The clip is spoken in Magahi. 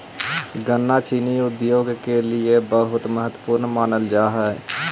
गन्ना चीनी उद्योग के लिए बहुत महत्वपूर्ण मानल जा हई